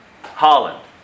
Holland